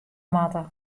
moatte